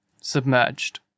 submerged